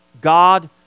God